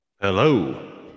Hello